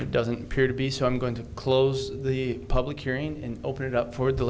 it doesn't appear to be so i'm going to close the public hearing in open it up for